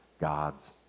God's